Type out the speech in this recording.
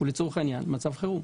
לצורך העניין זה מצב חירום.